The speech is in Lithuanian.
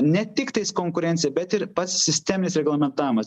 ne tik tais konkurencija bet ir pats sistemis reglamentavimas